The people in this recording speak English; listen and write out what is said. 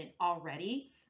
already